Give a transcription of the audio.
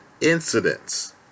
incidents